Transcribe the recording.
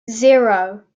zero